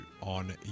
on